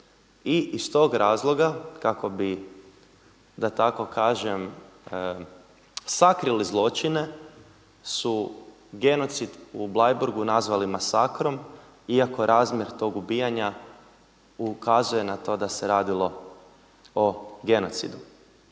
i iz tog razloga kako bi da tako kažem sakrili zločine su genocid u Bleiburgu nazvali masakrom iako razmjer tog ubijanja ukazuje da se radilo o genocidu.